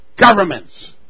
governments